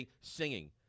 singing